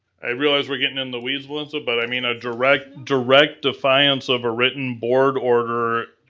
i realize we're getting in the weeds, valenca, but i mean a direct direct defiance of a written board order.